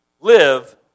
live